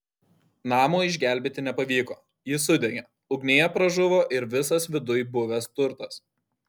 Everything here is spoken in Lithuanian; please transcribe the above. namo išgelbėti nepavyko jis sudegė ugnyje pražuvo ir visas viduj buvęs turtas